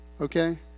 Okay